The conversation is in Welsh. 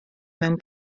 mewn